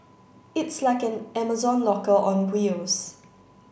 it's like an Amazon locker on wheels